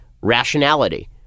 rationality